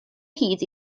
hyd